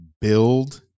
build